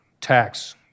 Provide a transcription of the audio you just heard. tax